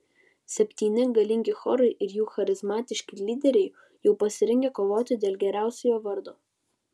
septyni galingi chorai ir jų charizmatiški lyderiai jau pasirengę kovoti dėl geriausiojo vardo